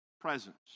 presence